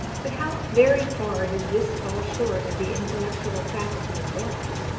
but how very far does this fall short of the intellectual faculty of dogs!